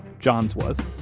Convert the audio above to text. john's was